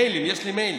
מיילים, יש לי מיילים,